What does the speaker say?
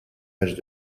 matchs